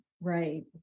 right